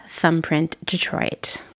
thumbprintdetroit